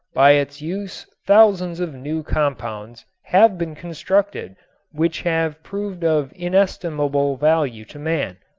by its use thousands of new compounds have been constructed which have proved of inestimable value to man.